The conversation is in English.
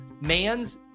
Mans